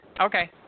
Okay